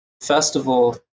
festival